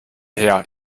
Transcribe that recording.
her